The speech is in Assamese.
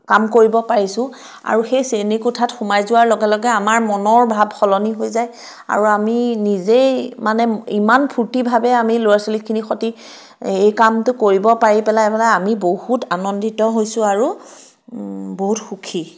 কাম কৰিব পাৰিছোঁ আৰু সেই শ্ৰেণীকোঠাত সোমাই যোৱাৰ লগে লগে আমাৰ মনৰ ভাৱ সলনি হৈ যায় আৰু আমি নিজেই মানে ইমান ফূৰ্তিভাৱে আমি ল'ৰা ছোৱালীখিনিৰ সৈতে এই কামটো কৰিব পাৰি পেলাই মানে আমি বহুত আনন্দিত হৈছোঁ আৰু বহুত সুখী